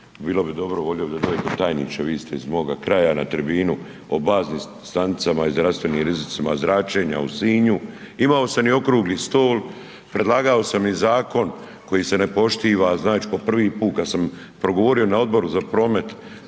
bilo bi dobro, volio bih da dođete, tajniče, vi ste iz moga kraja, na tribinu o baznim stanicama i zdravstvenim zračenja u Sinju. Imao sam i okrugli stol, predlagao sam i zakon koji se ne poštiva, znači po prvi put kad sam progovorio na Odboru za promet,